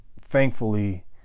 thankfully